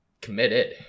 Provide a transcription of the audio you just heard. Committed